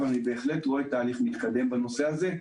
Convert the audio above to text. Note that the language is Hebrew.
אבל אני בהחלט רואה תהליך מתקדם בנושא הזה,